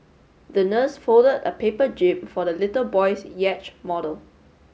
the nurse folded a paper jib for the little boy's yacht model